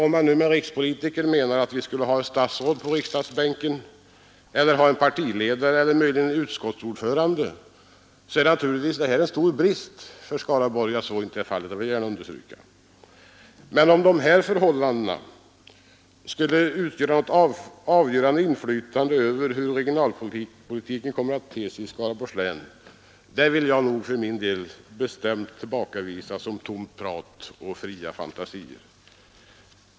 Om man nu med ”rikspolitiker” menar att vi skulle ha ett statsråd på riksdagsbänken eller en partiledare eller möjligen en utskottsordförande så är naturligtvis detta en stor brist för Skaraborgs län, det vill jag gärna understryka. Men att de här förhållandena skulle utöva något avgörande inflytande på hur regionalpolitiken kommer att te sig i Skaraborgs län, det vill jag för min del bestämt tillbakavisa som tomt prat och fria fantasier.